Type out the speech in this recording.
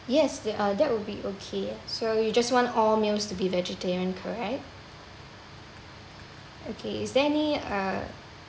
yes they are that will be okay so you just want all meals to be vegetarian correct okay is there any uh